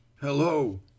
Hello